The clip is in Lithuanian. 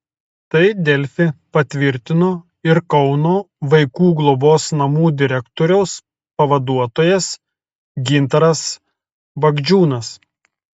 tai delfi patvirtino ir kauno vaikų globos namų direktoriaus pavaduotojas gintaras bagdžiūnas